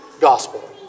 gospel